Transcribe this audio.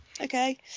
okay